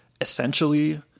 essentially